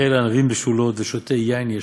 לאוכל ענבים בשלות ושותה יין ישן.